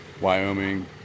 Wyoming